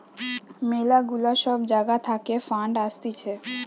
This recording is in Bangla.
ম্যালা গুলা সব জাগা থাকে ফান্ড আসতিছে